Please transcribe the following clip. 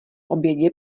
obědě